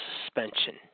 suspension